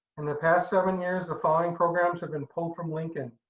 in the past seven years the following programs have been pulled from lincoln,